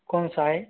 कौन सा है